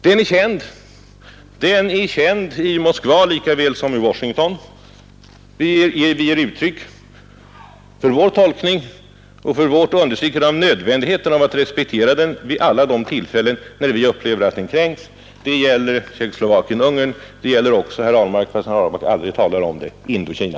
Den är känd i Moskva lika väl som i Washington. Vi ger uttryck för vår tolkning och för vårt understrykande av nödvändigheten att respektera denna princip vid alla de tillfällen när vi upplever att den kränks. Det gäller i fråga om Tjeckoslovakien och Ungern, och det gäller — fastän herr Ahlmark aldrig talar om det — också Indokina.